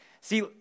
See